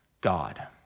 God